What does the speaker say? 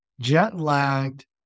jet-lagged